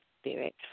Spirit